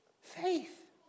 Faith